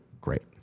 great